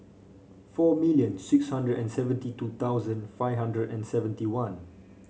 four million six hundred and seventy two thousand five hundred and seventy one